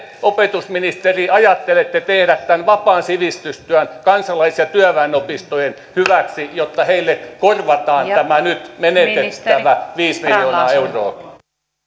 opetusministeri ajattelette tehdä tämän vapaan sivistystyön kansalais ja työväenopistojen hyväksi jotta heille korvataan tämä nyt menetettävä viisi miljoonaa euroa